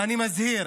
ואני מזהיר: